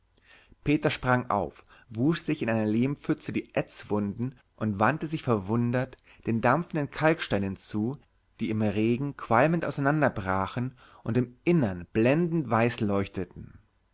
peter sprang auf wusch sich in einer lehmpfütze die ätzwunden und wandte sich verwundert den dampfenden kalksteinen zu die im regen qualmend auseinanderbrachen und im innern blendend weiß leuchteten